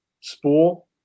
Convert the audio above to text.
spool